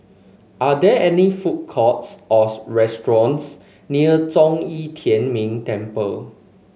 are there any food courts or restaurants near Zhong Yi Tian Ming Temple